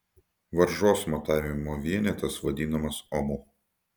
varžos matavimo vienetas vadinamas omu